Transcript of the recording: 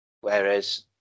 whereas